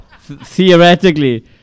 theoretically